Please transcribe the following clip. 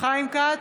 חיים כץ,